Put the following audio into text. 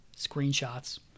Screenshots